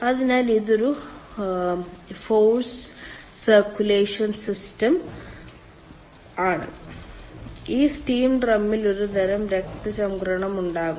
അതിനാൽ ഇതൊരു force circulation സിസ്റ്റമാണ് ഈ സ്റ്റീം ഡ്രമ്മിൽ ഒരുതരം രക്തചംക്രമണം ഉണ്ടാകും